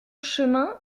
chemin